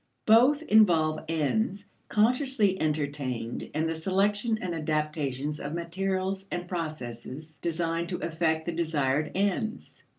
both involve ends consciously entertained and the selection and adaptations of materials and processes designed to effect the desired ends.